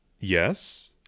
yes